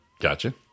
Gotcha